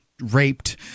raped